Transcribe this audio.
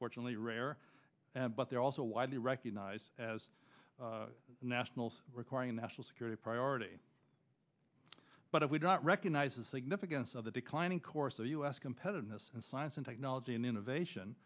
fortunately rare but they're also widely recognised as nationals requiring national security priority but if we do not recognise the significance of the declining course of us competitiveness and science and technology and innovation